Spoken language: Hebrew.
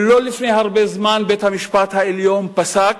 לא לפני הרבה זמן בית-המשפט העליון פסק